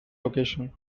location